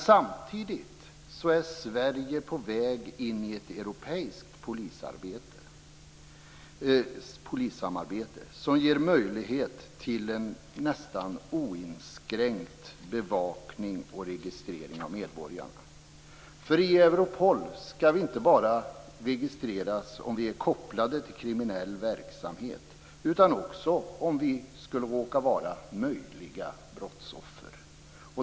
Samtidigt är Sverige på väg in i ett europeiskt polissamarbete som ger möjlighet till en nästan oinskränkt bevakning och registrering av medborgarna. I Europol skall vi inte bara registreras om vi är kopplade till kriminell verksamhet utan också om vi skulle råka vara möjliga brottsoffer.